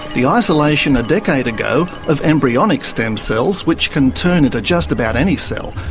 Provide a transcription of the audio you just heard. the isolation a decade ago of embryonic stem cells, which can turn into just about any cell,